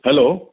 hello